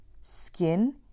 skin